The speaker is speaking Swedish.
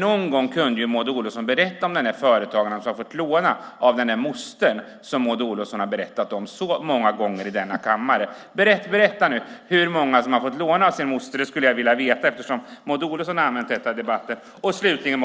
Någon gång kan väl Maud Olofsson berätta om den där företagaren som fått låna av sin moster som Maud Olofsson nämnt så många gånger här i kammaren. Berätta hur många som har fått låna av sin moster! Det skulle jag vilja veta eftersom Maud Olofsson har använt detta i debatten. Slutligen